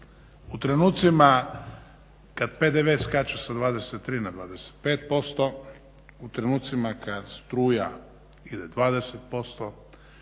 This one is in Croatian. U trenutcima kad PDV skače sa 23, na 25%, u trenutcima kad struja ide 20%,